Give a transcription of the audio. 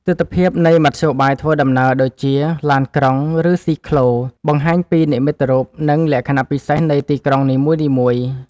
ទិដ្ឋភាពនៃមធ្យោបាយធ្វើដំណើរដូចជា ឡានក្រុង ឬស៊ីក្លូ បង្ហាញពីនិមិត្តរូប និងលក្ខណៈពិសេសនៃទីក្រុងនីមួយៗ។